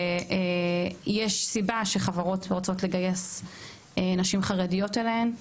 ויש סיבה שחברות רוצות לגייס נשים חרדיות אליהן.